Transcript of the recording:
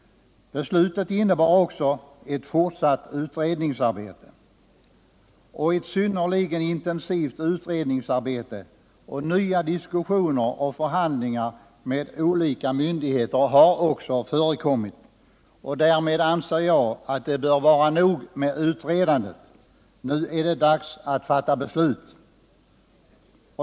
Beslutet innebar också ett fortsatt utredningsarbete. Ett synnerligen intensivt utredningsarbete och nya diskussioner och förhandlingar med olika myndigheter har också förekommit. Därmed anser jag att det bör vara nog med utredandet — nu är det dags att fatta beslut.